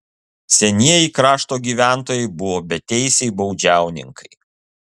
senieji krašto gyventojai buvo beteisiai baudžiauninkai